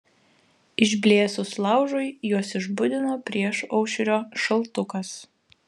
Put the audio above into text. išblėsus laužui juos išbudino priešaušrio šaltukas